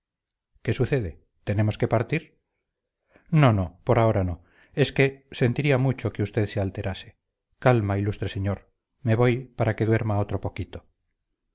qué sucede tenemos que partir no no por ahora no es que sentiría mucho que usted se alterase calma ilustre señor me voy para que duerma otro poquito